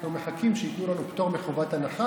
אנחנו מחכים שייתנו לנו פטור מחובת הנחה,